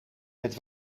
het